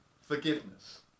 forgiveness